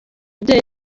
babyeyi